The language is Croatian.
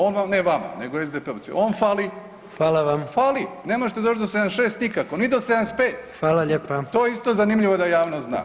On vam, ne vama, nego SDP-ovci, on fali [[Upadica: Hvala]] fali, ne možete doć do 76 nikako, ni do 75 [[Upadica: Hvala lijepa]] to je isto zanimljivo da javnost zna.